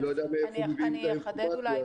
אני לא יודע מאיפה מביאים את האינפורמציה הזאת.